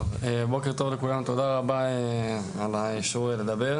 בוקר טוב לכולם, תודה על רשות הדיבור.